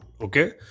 okay